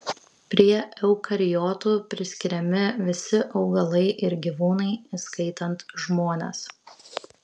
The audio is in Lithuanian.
prie eukariotų priskiriami visi augalai ir gyvūnai įskaitant žmones